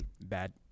bad